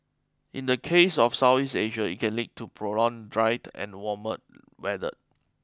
in the case of South East Asia it can lead to prolonged drier and warmer weather